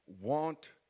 want